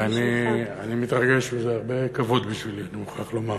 ואני מתרגש וזה הרבה כבוד בשבילי, אני מוכרח לומר.